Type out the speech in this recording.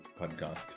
podcast